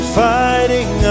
fighting